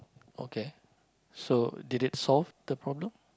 okay so did it solve the problem